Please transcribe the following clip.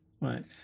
right